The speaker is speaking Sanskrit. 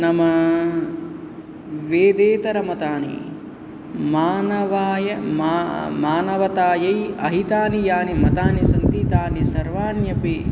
नाम वेदेतरमतानि मानवाय मानवतायै अहितानि यानि मतानि सन्ति तानि सर्वाण्यपि